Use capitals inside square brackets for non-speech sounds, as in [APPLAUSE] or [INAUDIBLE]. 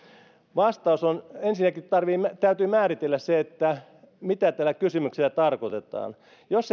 vastaus on ensinnäkin täytyy määritellä se mitä tällä kysymyksellä tarkoitetaan jos [UNINTELLIGIBLE]